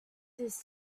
his